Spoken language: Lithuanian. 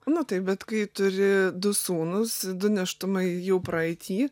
nu taip bet kai turi du sūnus du nėštumai jau praeity